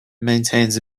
maintains